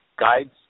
guides